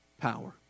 power